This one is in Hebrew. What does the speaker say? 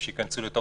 וכשיפעילו אותו,